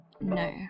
No